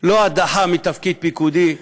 לא הדחה מתפקיד פיקודי,